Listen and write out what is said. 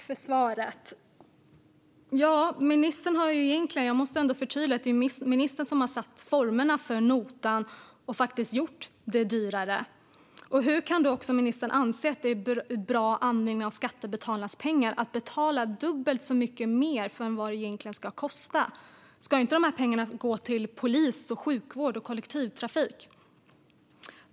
Fru talman! Tack, ministern, för svaret! Jag måste ändå förtydliga att det är ministern som har satt formerna för notan och faktiskt gjort det dyrare. Hur kan ministern då anse att det är bra användning av skattebetalarnas pengar att betala dubbelt så mycket som det egentligen ska kosta? Ska inte dessa pengar gå till polis, sjukvård och kollektivtrafik?